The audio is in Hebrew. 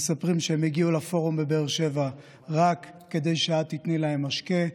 מספרים שהם הגיעו לפורום בבאר שבע רק כדי שאת תיתני להם משקה.